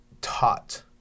taught